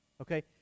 Okay